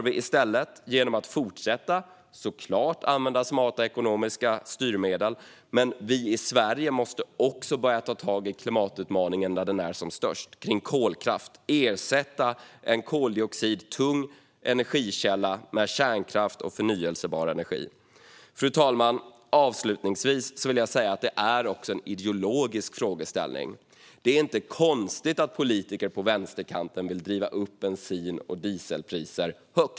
Vi ska givetvis fortsätta att använda smarta ekonomiska styrmedel. Men Sverige måste också börja ta tag i klimatutmaningen där den är som störst. Det handlar om kolkraften och att ersätta en koldioxidtung energikälla med kärnkraft och förnybar energi. Fru talman! Låt mig avslutningsvis säga att det också är en ideologisk frågeställning. Det är inte konstigt att politiker på vänsterkanten vill driva upp bensin och dieselpriserna.